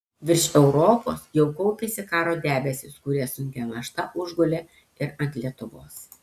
virš europos jau kaupėsi karo debesys kurie sunkia našta užgulė ir ant lietuvos